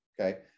okay